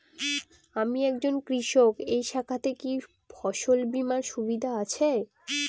আমি একজন কৃষক এই শাখাতে কি ফসল বীমার সুবিধা আছে?